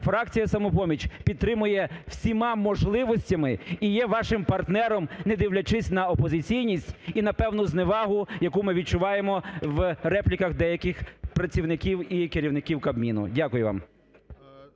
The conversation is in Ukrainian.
фракція "Самопоміч" підтримує всіма можливостями і є вашим партнером, не дивлячись на опозиційність і на певну зневагу, яку ми відчуваємо в репліках деяких працівників і керівників Кабміну. Дякую вам.